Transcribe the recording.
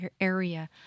area